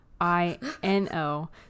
I-N-O